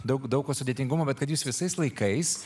daug daug to sudėtingumu bet kad jūs visais laikais